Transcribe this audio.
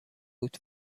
بود